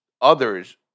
others